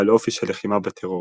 בעל אופי של לחימה בטרור.